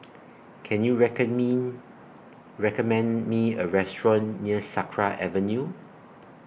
Can YOU Me recommend Me A Restaurant near Sakra Avenue